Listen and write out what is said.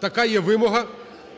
Така є вимога.